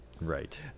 Right